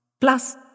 Plus